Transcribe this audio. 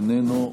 איננו,